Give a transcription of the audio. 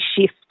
shift